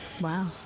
wow